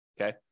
Okay